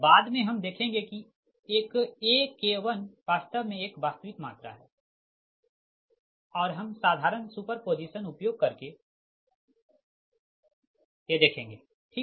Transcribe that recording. बाद हम देखेंगे कि AK1 वास्तव में एक वास्तविक मात्रा है और हम साधारण सुपर पोजीशन का उपयोग करेंगे ठीक